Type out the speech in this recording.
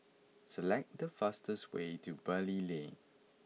select the fastest way to Bali Lane